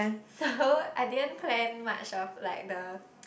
so I didn't plan much of like the